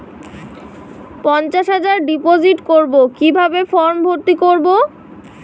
পঞ্চাশ হাজার ডিপোজিট করবো কিভাবে ফর্ম ভর্তি করবো?